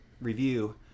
review